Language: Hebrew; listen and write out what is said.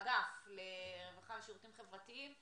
האגף לרווחה ושירותים חברתיים,